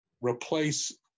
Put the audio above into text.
replace